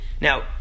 Now